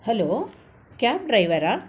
hello cab ಡ್ರೈವರಾ